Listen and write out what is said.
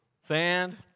sand